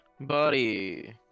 Buddy